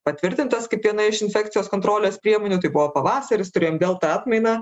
patvirtintas kaip viena iš infekcijos kontrolės priemonių tai buvo pavasaris turėjom delta atmainą